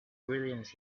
brilliance